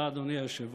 תודה, אדוני היושב-ראש.